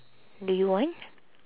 do you want